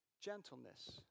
gentleness